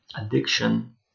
addiction